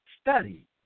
Study